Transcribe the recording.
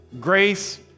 grace